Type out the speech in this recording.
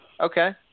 Okay